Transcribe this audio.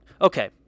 okay